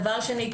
דבר שני,